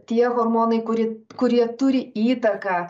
tie hormonai kurie kurie turi įtaką